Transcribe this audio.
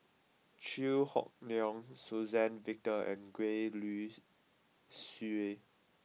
Chew Hock Leong Suzann Victor and Gwee Li Sui